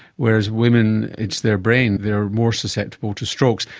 whereas women, it's their brain, they are more susceptible to strokes.